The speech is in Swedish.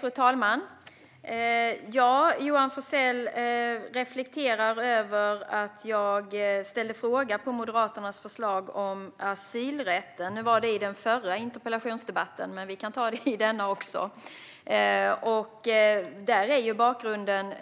Fru talman! Johan Forssell reflekterar över att jag ställde en fråga på Moderaternas förslag om asylrätten. Det var i den förra interpellationsdebatten, men vi kan ta frågan i denna debatt också. Bakgrunden